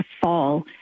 fall